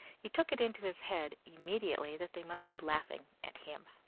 he took it into his head, immediately, that they must be laughing at him.